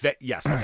Yes